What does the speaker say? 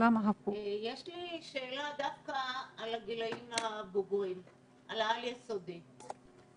יש לי שאלה על הגילאים הבוגרים, העל יסודי,